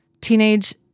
Teenage